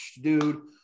dude